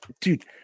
dude